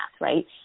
right